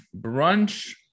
brunch